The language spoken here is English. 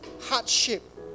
hardship